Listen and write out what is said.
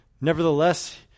Nevertheless